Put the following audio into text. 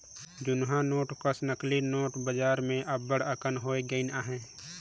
जुनहा नोट कस नकली नोट बजार में अब्बड़ अकन होए गइन अहें